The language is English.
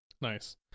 Nice